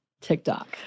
TikTok